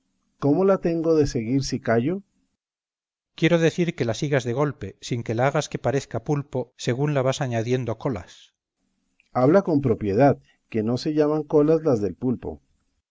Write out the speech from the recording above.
cómo la tengo de seguir si callo cipión quiero decir que la sigas de golpe sin que la hagas que parezca pulpo según la vas añadiendo colas berganza habla con propiedad que no se llaman colas las del pulpo